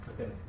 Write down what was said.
Okay